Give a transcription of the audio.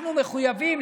אנחנו מחויבים,